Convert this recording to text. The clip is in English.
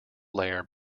layer